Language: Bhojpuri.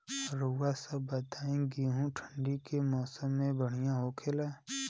रउआ सभ बताई गेहूँ ठंडी के मौसम में बढ़ियां होखेला?